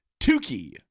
Tukey